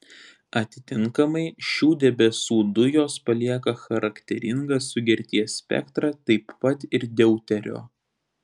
atitinkamai šių debesų dujos palieka charakteringą sugerties spektrą taip pat ir deuterio